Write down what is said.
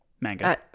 Manga